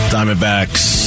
Diamondbacks